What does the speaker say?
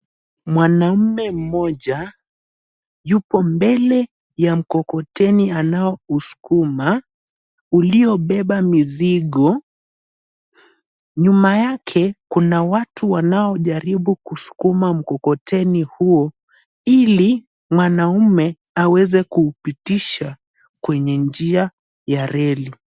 Mwanaume mmoja yupo mbele ya mkokoteni anaousukuma uliobeba mizigo. Nyuma yake kuna watu wanaojaribu kusukuma mkokoteni huo ili mwanaume aweze kuupitisha kwenye njia ya reli.